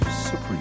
Supreme